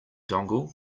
dongle